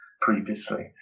previously